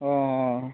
ଓଃ